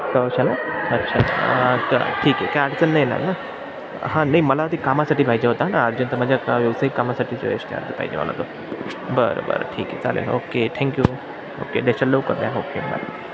कळवशाल अच्छा आ अच्छा ठीक आहे काय अडचण नाही येणार ना हां नाही मला ते कामासाठी पाहिजे होता ना अर्जंत माझ्या व्यावसायिक कामासाठी ज एश टी अर्ज पाहिजे मला तो बरं बरं ठीक आहे चालेल ओके थँक्यू ओके देशाल लवकर द्या ओके